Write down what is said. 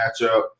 matchup